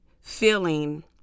feeling